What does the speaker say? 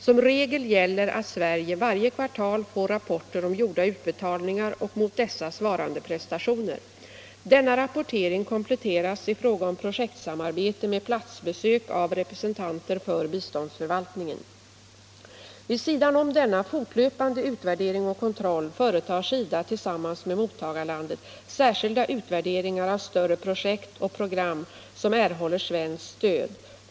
Som regel gäller att Sverige varje kvartal får rapporter om gjorda utbetalningar och mot dessa svarande prestationer. Denna rapportering kompletteras i fråga om projektsamarbete med platsbesök av representanter för biståndsförvaltningen. Vid sidan om denna fortlöpande utvärdering och kontroll företar SIDA tillsammans med mottagarlandet särskilda utvärderingar av större projekt och program som erhåller svenskt stöd.